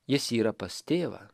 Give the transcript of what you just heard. jis yra pas tėvą